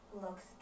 Looks